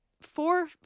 four